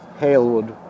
Hailwood